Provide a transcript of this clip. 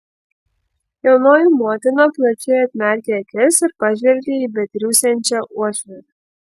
jaunoji motina plačiai atmerkė akis ir pažvelgė į betriūsiančią uošvienę